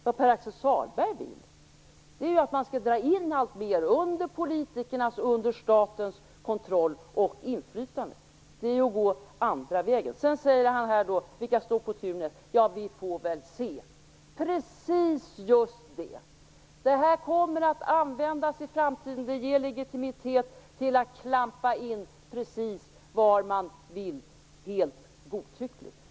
Vad Pär-Axel Sahlberg vill är att man skall dra in alltmer under politikernas och under statens kontroll och inflytande. Det är ju att gå andra vägen. Sedan säger han som svar på frågan om vilka som står på tur härnäst: Ja, vi får väl se. Precis just det. Det här kommer att användas i framtiden. Det ger legitimitet till att klampa in precis var man vill helt godtyckligt.